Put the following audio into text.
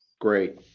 Great